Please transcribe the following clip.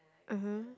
(uh huh)